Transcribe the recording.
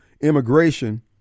immigration